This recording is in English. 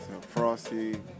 frosty